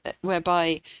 Whereby